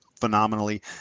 phenomenally